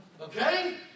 Okay